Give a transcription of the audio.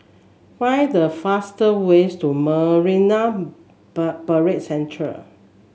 find the faster ways to Marine Parade Central